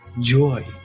joy